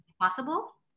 possible